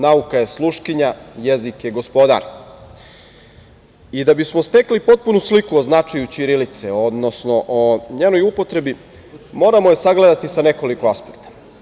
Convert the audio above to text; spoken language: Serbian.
Nauka je sluškinja, jezik je gospodar.“ Da bismo stekli potpunu sliku o značaju ćirilice, odnosno o njenoj upotrebi moramo je sagledati sa nekoliko aspekta.